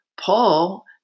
Paul